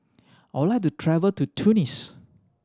I would like to travel to Tunis